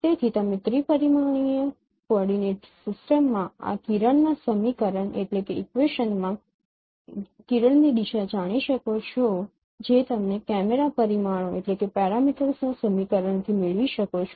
તેથી તમે ત્રિ પરિમાણીય કોઓર્ડિનેટ સિસ્ટમમાં આ કિરણના સમીકરણ માં કિરણની દિશા જાણી શકો છો કે જે તમે કેમેરા પરિમાણો ના સમીકરણથી મેળવી શકો છો